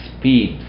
Speed